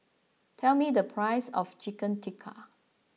tell me the price of Chicken Tikka